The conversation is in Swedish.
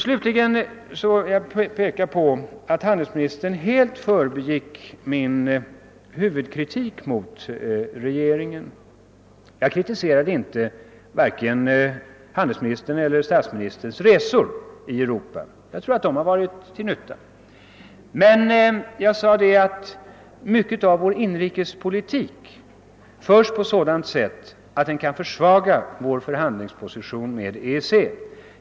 Slutligen förbigick handelsministern helt min huvudkritik mot regeringen. Jag kritiserade varken handelsministerns eller statsministerns resor i Europa. Jag tror att de har varit till nytta. Men jag sade att mycket av vår inrikespolitik förs på sådant sätt att det kan försvaga vår förhandlingsposition med EEC.